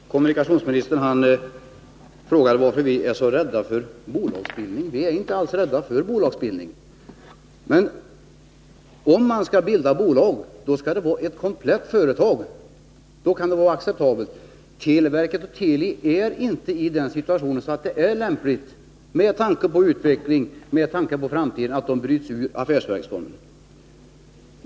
Herr talman! Helt kort! Kommunikationsministern frågade varför vi är så rädda för bolagsbildning. Vi är inte alls rädda för bolagsbildning. Men om man skall bilda bolag, då skall det vara ett komplett företag, då kan det vara acceptabelt. Televerket och Teli befinner sig inte i den situationen att det är lämpligt, med tanke på utvecklingen och framtiden, att denna verksamhet bryts ut ur affärsverksformen.